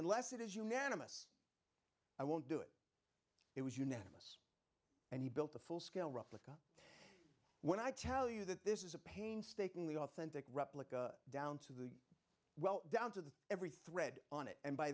unless it is unanimous i won't do it it was unanimous and he built a full scale replica when i tell you that this is a painstakingly authentic replica down to the well down to every thread on it and by